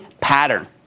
pattern